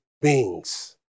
beings